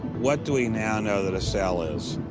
what do we now know that a cell is?